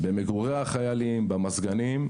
במגורי החיילים, במזגנים.